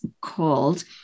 called